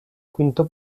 quinto